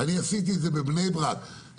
עשיתי את זה בבני ברק,